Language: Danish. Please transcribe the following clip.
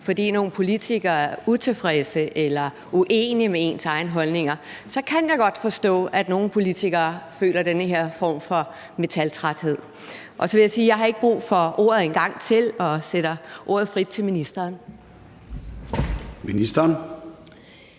fordi nogle politikere er utilfredse med eller uenige i ministerens egne holdninger, så kan jeg godt forstå, at nogle politikere føler den her form for metaltræthed. Så vil jeg sige, at jeg ikke har brug for ordet en gang til og sætter ordet fri til ministeren. Kl.